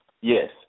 Yes